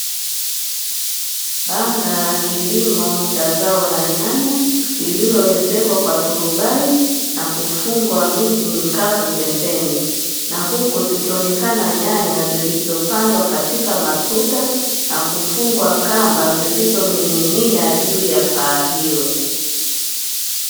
Banda la kilimo cha zao la nyanya lililoezekwa kwa turubai na kufungwa miti mikavu pembeni na huku zikionekana nyanya, zilizopandwa katika matuta na Kufugwa kamba zilizoning'inia juu ya paa Hilo.